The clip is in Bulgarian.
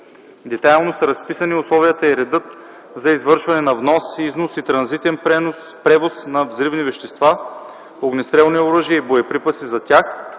Детайлно са разписани условията и редът за извършване на внос, износ и транзитен превоз на взривни вещества, огнестрелни оръжия и боеприпаси за тях